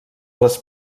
les